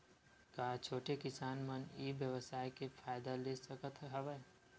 का छोटे किसान मन ई व्यवसाय के फ़ायदा ले सकत हवय?